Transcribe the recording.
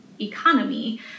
economy